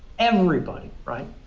everybody, right.